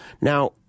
Now